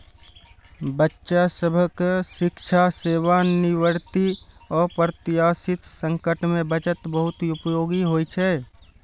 बच्चा सभक शिक्षा, सेवानिवृत्ति, अप्रत्याशित संकट मे बचत बहुत उपयोगी होइ छै